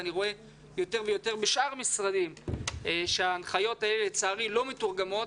אני רואה יותר ויותר בשאר המשרדים שההנחיות האלה לצערי לא מתורגמות.